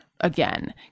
again